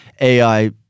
AI